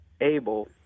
able